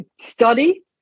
study